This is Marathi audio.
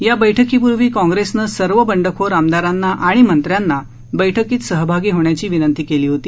या बैठकीपूर्वी काँग्रेसनं सर्व बंडखोर आमदारांना आणि मंत्र्यांना बैठकीत सहभागी होण्याची विनंती केली होती